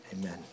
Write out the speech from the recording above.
amen